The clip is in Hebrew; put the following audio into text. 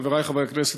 חברי חברי הכנסת,